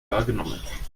wahrgenommen